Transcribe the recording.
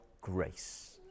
grace